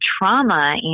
trauma